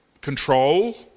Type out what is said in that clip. control